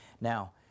now